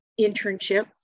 internship